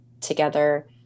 together